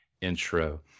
intro